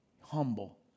humble